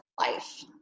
life